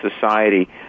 society